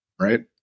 right